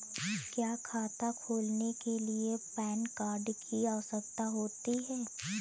क्या खाता खोलने के लिए पैन कार्ड की आवश्यकता होती है?